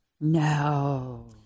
No